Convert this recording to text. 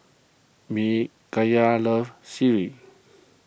Micayla loves Sireh